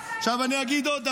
אני אגיד עוד דבר,